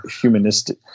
humanistic